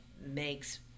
makes